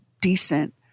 decent